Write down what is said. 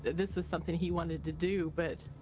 this was something he wanted to do, but.